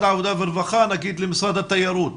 העבודה והרווחה למשל למשרד התיירות.